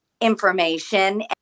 information